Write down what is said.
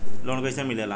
Loan कईसे मिलेला?